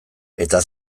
eta